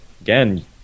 Again